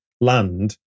land